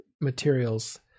materials